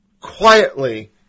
quietly